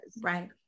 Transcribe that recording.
right